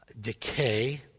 decay